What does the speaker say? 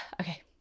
Okay